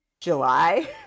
July